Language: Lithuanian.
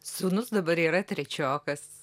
sūnus dabar yra trečiokas